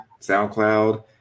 soundcloud